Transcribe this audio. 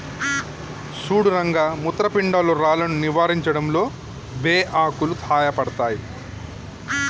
సుడు రంగ మూత్రపిండాల్లో రాళ్లను నివారించడంలో బే ఆకులు సాయపడతాయి